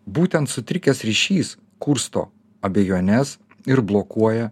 būtent sutrikęs ryšys kursto abejones ir blokuoja